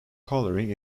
coloring